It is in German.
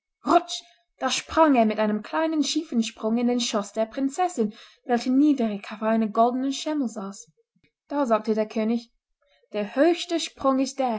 da sprang er mit einem kleinen schiefen sprung in den schoß der prinzessin welche niedrig auf einem goldenen schemel saß da sagte der könig der höchste sprung ist der